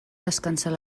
descansar